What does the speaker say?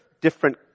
different